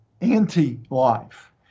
anti-life